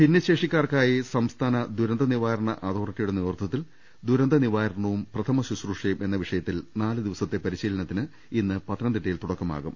ഭിന്നശേഷിക്കാർക്കായി സംസ്ഥാന ദുരന്ത നിവാരണ അതോറി റ്റിയുടെ നേതൃത്വത്തിൽ ദുരന്ത നിവാരണവും പ്രഥമ ശുശ്രൂഷയും എന്ന വിഷയത്തിൽ നാലു ദിവസത്തെ പരിശീലനത്തിന് ഇന്ന് പത്ത നംതിട്ടയിൽ തുടക്കമാകും